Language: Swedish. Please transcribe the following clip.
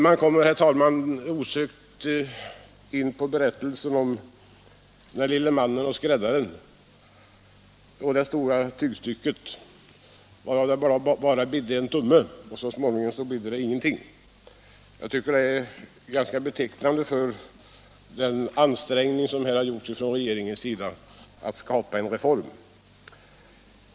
Man kommer, herr talman, osökt att tänka på historien om den lille mannen och skräddaren, som handlar om hur det stora tygstycket bara — Nr 128 ”bidde” en tumme, och så småningom ”bidde” det ingenting. Jag tycker den historien väl beskriver de ansträngningar som regeringen här har gjort för att skapa en reform.